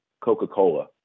Coca-Cola